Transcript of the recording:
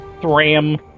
thram